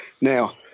Now